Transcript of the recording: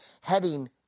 heading